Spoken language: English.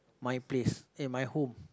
my place at my home